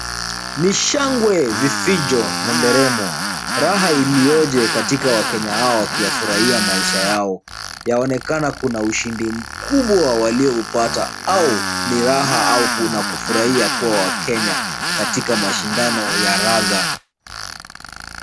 Ni shangwe vifijo na nderemo. Raha iliyoje katika wakenya hawa wakiyafurahia maisha yao. Yaonekana kuna ushindi mkubwa walioupata au ni raha au kuna kufurahia kuwa wakenya katika mashindano ya raga.